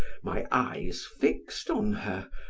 my eyes fixed on her,